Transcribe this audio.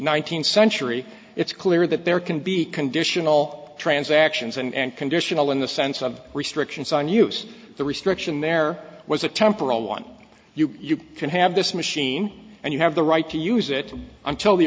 nineteenth century it's clear that there can be conditional transactions and conditional in the sense of restrictions on use the restriction there was a temporal one you can have this machine and you have the right to use it until the